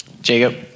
Jacob